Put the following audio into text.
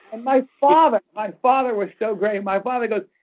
my father my father was so great. my father goes,